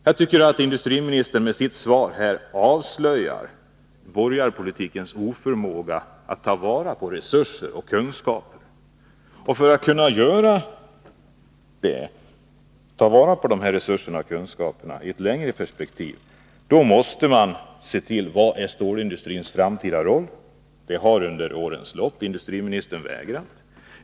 Jag tycker att industriministern med sitt svar avslöjar borgarpolitikens oförmåga att ta vara på resurser och kunskaper. För att kunna ta vara på resurserna och kunskaperna i ett längre perspektiv måste man bestämma sig för vad som är stålindustrins framtida mål. Det har industriministern under årens lopp vägrat att göra.